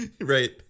right